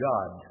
God